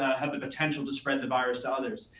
ah have the potential to spread the virus to others.